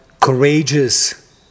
courageous